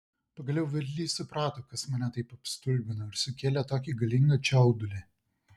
pagaliau vedlys suprato kas mane taip apstulbino ir sukėlė tokį galingą čiaudulį